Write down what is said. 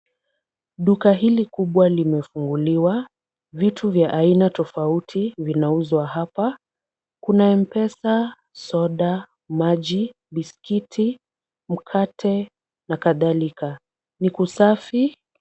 Duka hili kubwa limefunguliwa, vitu vya aina tofauti vinauzwa hapa. Kuna M-Pesa, soda, maji, biskuti, mkate na kadhalika. Ni kusafi.